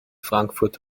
frankfurt